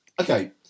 Okay